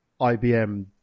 IBM